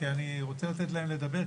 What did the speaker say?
כי אני רוצה לתת להם לדבר,